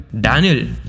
Daniel